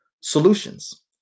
solutions